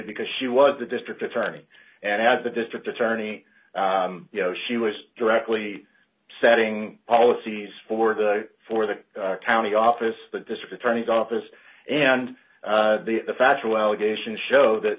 because she was the district attorney and as the district attorney you know she was directly setting policies for the for the county office the district attorney's office and the factual allegations show that